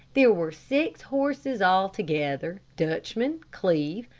there were six horses altogether dutchman, cleve,